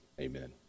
amen